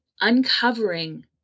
uncovering